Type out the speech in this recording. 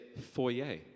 foyer